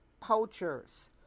Poachers